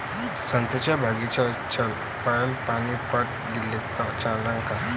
संत्र्याच्या बागीचाले पयलं पानी पट दिलं त चालन का?